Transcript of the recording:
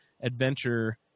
adventure